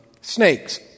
snakes